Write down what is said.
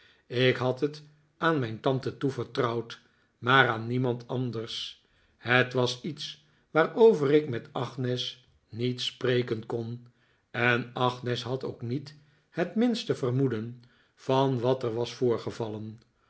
ik had het aan mijn tante toevertrouwd maar aan niemand anders het was iets waarover ik met agnes niet spreken kon en agnes had ook niet het minste vermoeden van wat er was voorgevallen